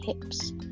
tips